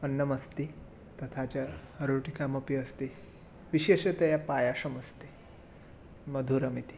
अन्नमस्ति तथा च रोटिकापि अस्ति विशेषतया पायसमस्ति मधुरमिति